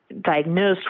diagnosed